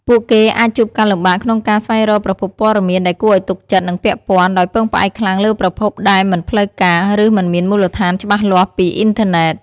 ពួកគេអាចជួបការលំបាកក្នុងការស្វែងរកប្រភពព័ត៌មានដែលគួរឱ្យទុកចិត្ត និងពាក់ព័ន្ធ ដោយពឹងផ្អែកខ្លាំងលើប្រភពដែលមិនផ្លូវការ ឬមិនមានមូលដ្ឋានច្បាស់លាស់ពីអុីនធឺណេត។